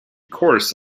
course